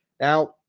now